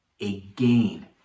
again